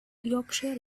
yorkshire